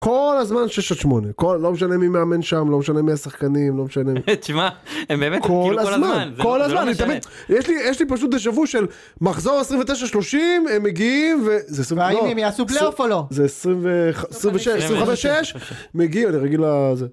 כל הזמן שש עד שמונה, לא משנה מי מאמן שם, לא משנה מי השחקנים, לא משנה מי... תשמע, הם באמת... כל הזמן, כל הזמן, יש לי פשוט דז'ה-וו של מחזור עשרים ותשע שלושים, הם מגיעים ו... והאם הם יעשו פלייאופ או לא? זה עשרים ו... עשרים ושש, עשרים ושש, מגיעים, אני רגיל לזה.